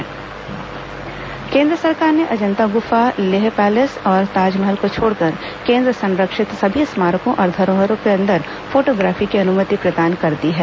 स्मारक फोटोग्राफी केंद्र सरकार ने अजंता गुफा लेह पैलेस और ताजमहल को छोड़कर केंद्र संरक्षित सभी स्मारकों और धरोहर के अंदर फोटोग्राफी की अनुमति प्रदान कर दी है